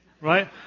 right